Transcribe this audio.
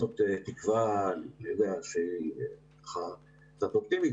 זאת תקווה קצת אופטימית